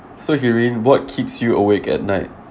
so hee rin what keeps you awake at night